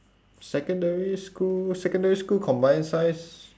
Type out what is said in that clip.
secondary school secondary school combined science